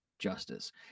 justice